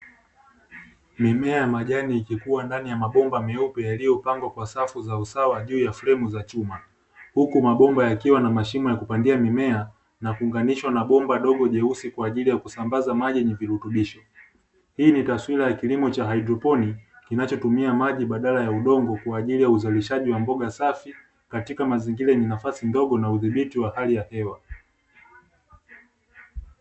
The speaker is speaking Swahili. Mimea ya majani ikikua ndani ya mabomba meupe yaliyopangwa kwa safu za usawa juu ya fremu za chuma huku mabomba yakiwa na mashimo ya kupandia mimea na kuunganisha na bomba ndogo nyeusi kwa ajili ya kusambaza maji na virutubisho, hii ni taswira ya kilimo cha haidroponi kinachotumia maji badala ya udongo kwa ajili ya uzalishaji wa mboga safi katika mazingira yenye nafasi ndogo na udhibiti wa hali ya hewa.